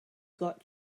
got